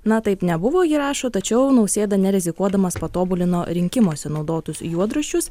na taip nebuvo ji rašo tačiau nausėda nerizikuodamas patobulino rinkimuose naudotus juodraščius